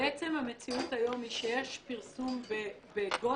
בעצם המציאות היום היא שיש פרסום בגודל